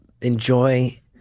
enjoy